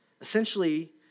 Essentially